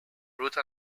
wrote